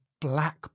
black